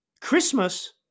Christmas